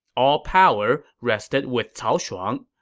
all power rested with cao shuang.